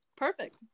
Perfect